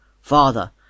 Father